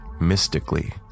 mystically